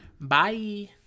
Bye